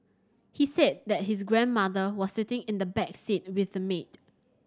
he said that his grandmother was sitting in the back seat with the maid